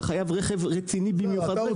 אתה חייב רכב רציני במיוחד.